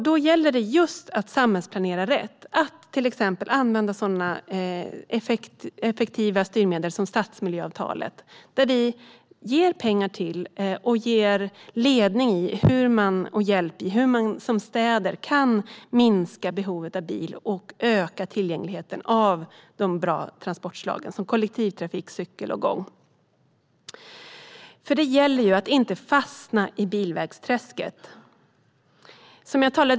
Då gäller det att samhällsplanera rätt och använda effektiva styrmedel såsom stadsmiljöavtal. Vi ger pengar, ledning och hjälp till städer så att de kan minska behovet av bil och öka tillgängligheten till bra transportslag såsom kollektivtrafik, cykel och gång. Det gäller att inte fastna i bilvägsträsket.